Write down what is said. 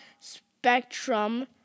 spectrum